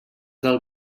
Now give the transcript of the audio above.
del